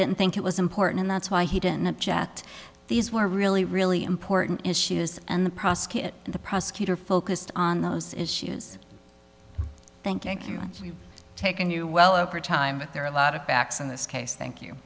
didn't think it was important and that's why he didn't object these were really really important issues and the prosecutor and the prosecutor focused on those issues thank you and we've taken you well over time but there are a lot of facts in this case thank you